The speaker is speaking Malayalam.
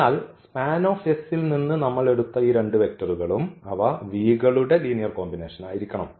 അതിനാൽ SPAN ൽ നിന്ന് നമ്മൾ എടുത്ത ഈ രണ്ട് വെക്റ്ററുകളും അവ കളുടെ ലീനിയർ കോമ്പിനേഷൻ ആയിരിക്കണം